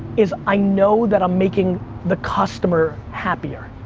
is i know that i'm making the customer happier.